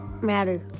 matter